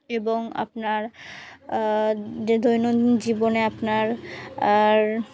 এবং আপনার যে দৈনন্দিন জীবনে আপনার আর